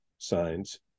signs